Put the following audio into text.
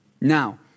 Now